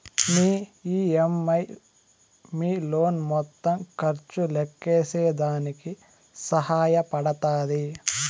మీ EMI మీ loan మొత్తం ఖర్చు లెక్కేసేదానికి సహాయ పడతాది